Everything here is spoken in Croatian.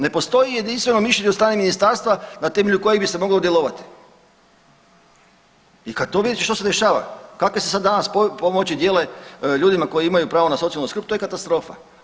Ne postoji jedinstveno mišljenje od strane ministarstva na temelju kojeg bi se moglo djelovati i kad to vidite što se dešava, kakve se sad danas pomoći dijele ljudima koji imaju pravo na socijalnu skrb to je katastrofa.